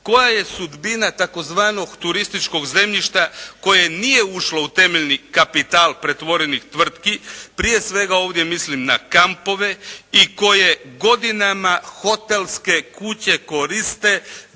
koja je sudbina tzv. turističkog zemljišta koje nije ušlo u temeljni kapital pretvorenih tvrtki. Prije svega ovdje mislim na kampove i koje godinama hotelske kuće koriste